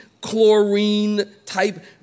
chlorine-type